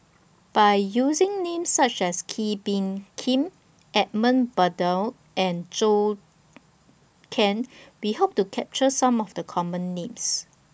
By using Names such as Kee Bee Khim Edmund Blundell and Zhou Can We Hope to capture Some of The Common Names